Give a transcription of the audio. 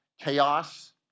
Chaos